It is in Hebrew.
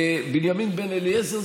בנימין בן-אליעזר,